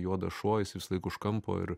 juodas šuo jis visąlaik už kampo ir